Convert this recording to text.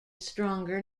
stronger